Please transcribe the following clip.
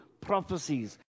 prophecies